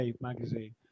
magazine